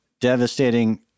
devastating